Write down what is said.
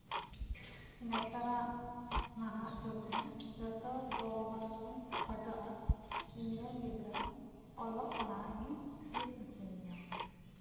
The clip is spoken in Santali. ᱱᱮᱛᱟᱨᱟᱜ ᱱᱟᱦᱟᱜ ᱡᱩᱜᱨᱮ ᱡᱚᱛᱚ ᱜᱚ ᱵᱟᱵᱟ ᱜᱮᱵᱚᱱ ᱠᱷᱚᱡᱚᱜᱼᱟ ᱤᱧ ᱨᱮᱱ ᱜᱤᱫᱽᱨᱟᱹ ᱚᱞᱚᱜ ᱯᱟᱲᱦᱟᱜ ᱞᱤᱧ ᱪᱮᱫ ᱦᱚᱪᱚᱭᱮᱭᱟ